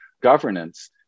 governance